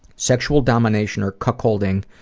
sexual domination or cuckolding